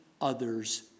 others